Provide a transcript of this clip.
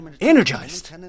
Energized